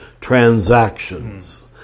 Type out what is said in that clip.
transactions